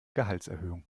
gehaltserhöhung